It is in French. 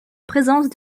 présence